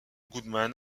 goodman